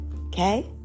okay